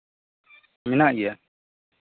ᱢᱮᱱᱟᱜ ᱜᱮᱭᱟ